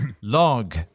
Log